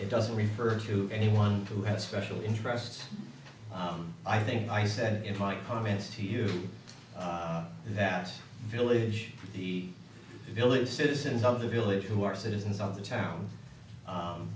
it doesn't refer to anyone who has special interest i think i said in my comments to you that village the village citizens of the village who are citizens of the town